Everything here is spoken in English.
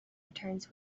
returns